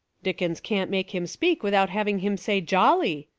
dickens can't make him speak without having him say jolly.